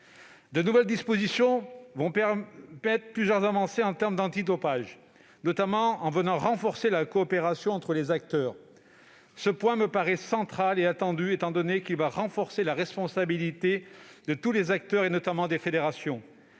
De nouvelles dispositions vont permettre plusieurs avancées en termes d'antidopage, notamment en renforçant la coopération entre les acteurs. Ce point me paraît central et attendu, car il permettra d'accroître la responsabilisation de tous les acteurs, notamment des fédérations.